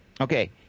okay